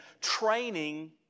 training